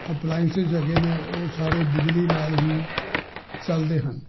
appliances ਹੈਗੇ ਨੇ ਉਹ ਸਾਰੇ ਬਿਜਲੀ ਨਾਲ ਹੀ ਚੱਲਦੇ ਹਨ